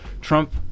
Trump